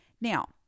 Now